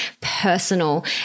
personal